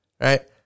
right